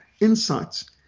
insights